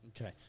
Okay